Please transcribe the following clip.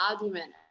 argument